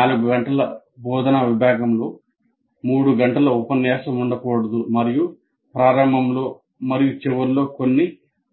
4 గంటల బోధనా విభాగంలో 3 గంటల ఉపన్యాసం ఉండకూడదు మరియు ప్రారంభంలో మరియు చివరిలో కొన్ని